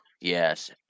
Yes